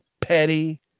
petty